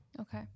Okay